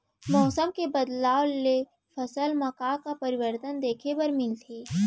मौसम के बदलाव ले फसल मा का का परिवर्तन देखे बर मिलथे?